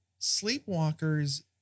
Sleepwalkers